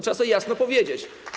Trzeba sobie jasno powiedzieć.